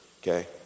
Okay